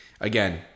again